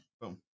Boom